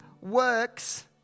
works